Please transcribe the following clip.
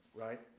right